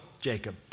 Jacob